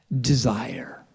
Desire